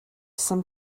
some